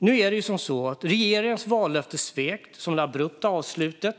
Regeringens har svikit sitt vallöfte. Investeringsstödet fick ett abrupt avslut.